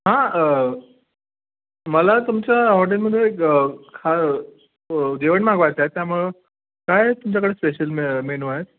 हां मला तुमच्या हॉटेलमधून एक खा जेवण मागवायचं आहे त्यामुळं काय आहे तुमच्याकडे स्पेशल मे मेनू आहे